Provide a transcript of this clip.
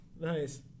Nice